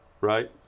Right